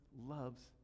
loves